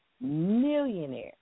Millionaire